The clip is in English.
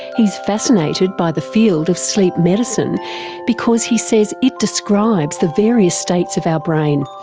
he's fascinated by the field of sleep medicine because he says it describes the various states of our brain.